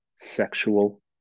sexual